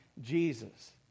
Jesus